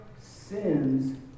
sins